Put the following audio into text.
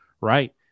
right